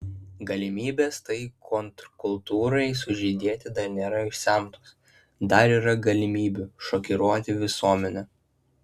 galimybės tai kontrkultūrai sužydėti dar nėra išsemtos dar yra galimybių šokiruoti visuomenę